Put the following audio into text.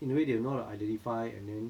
in a way they will know how to identify and then